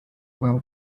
well